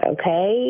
Okay